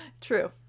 true